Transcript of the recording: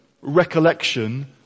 recollection